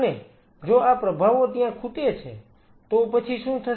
અને જો આ પ્રભાવો ત્યાં ખૂટે છે તો પછી શું થશે